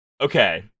Okay